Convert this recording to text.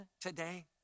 today